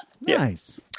Nice